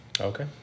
Okay